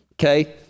okay